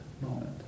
moment